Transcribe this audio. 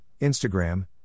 Instagram